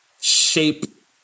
shape